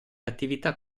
attività